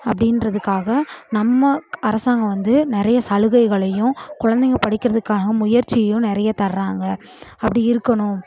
அப்படின்றத்துக்காக நம்ம அரசாங்கம் வந்து நிறைய சலுகைகளையும் குழந்தைங்க படிக்குறதுக்காக முயற்சியும் நிறைய தர்றாங்க அப்படி இருக்கணும்